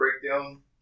breakdown